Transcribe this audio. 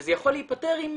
וזה יכול להיפתר עם